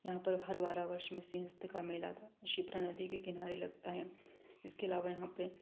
यहाँ पर हर बारह वर्ष में सिंहस्थ का मेला था क्षिप्रा नदी के किनारे लगता है इसके अलावा यहाँ पे